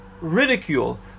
Ridicule